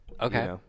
Okay